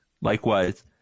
Likewise